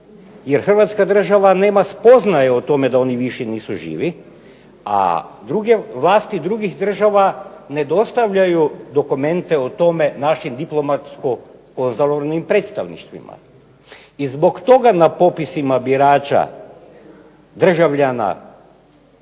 jer hrvatska država nema spoznaju o tome da oni više nisu živi, a vlasti drugih država ne dostavljaju dokumente o tome našim diplomatsko-konzularnim predstavništvima. I zbog toga na popisima birača državljana